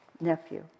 nephew